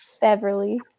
Beverly